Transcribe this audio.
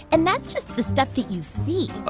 and that's just the stuff that you see.